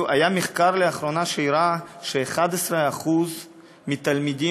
היה לאחרונה מחקר שהראה ש-11% מהתלמידים